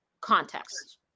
context